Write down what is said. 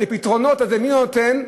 לפתרונות, למי הוא נותן?